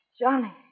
Johnny